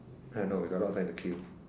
I don't know we got a lot of time to kill